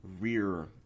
rear